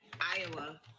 iowa